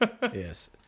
Yes